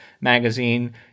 magazine